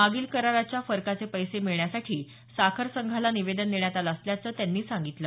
मागील कराराच्या फरकाचे पैसे मिळण्यासाठी साखर संघाला निवेदन देण्यात आलं असल्याचं त्यांनी सांगितलं